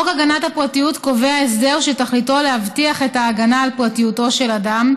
חוק הגנת הפרטיות קובע הסדר שתכליתו להבטיח את ההגנה על פרטיותו של אדם,